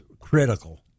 critical